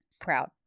proud